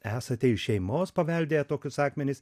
esate iš šeimos paveldėję tokius akmenis